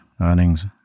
earnings